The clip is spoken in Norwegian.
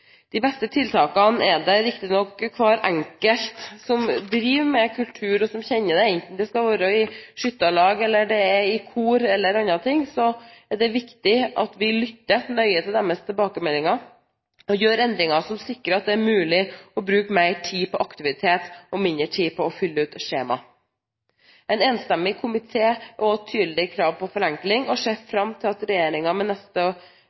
De beste tiltakene er det riktignok hver enkelt som driver med kultur, som kjenner. Enten det er i skytterlag, kor eller noe annet, er det viktig at vi lytter nøye til deres tilbakemeldinger og gjør endringer som sikrer at det er mulig å bruke mer tid på aktivitet og mindre tid på å fylle ut skjema. En enstemmig komité er også tydelig i kravet om forenkling og ser fram til at regjeringen i neste